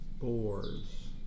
Boars